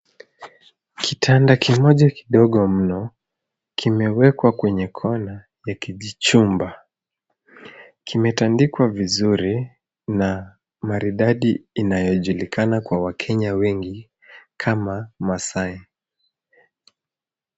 Kitanda kimoja kidogo mno kimewekwa kwenye kona ya kijichumba. Kimetandikwa vizuri na maridadi inayojulikana kwa wakenya wengi kama masai.